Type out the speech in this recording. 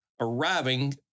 arriving